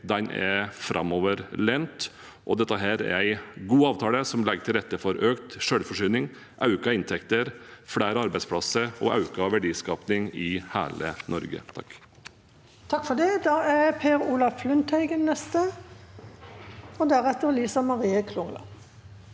den er framoverlent, og dette er en god avtale som legger til rette for økt selvforsyning, økte inntekter, flere arbeidsplasser og økt verdiskaping i hele Norge.